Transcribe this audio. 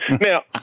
Now